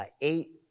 eight